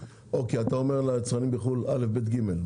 אתה אומר ליצרנים בחו"ל: א', ב', ג'.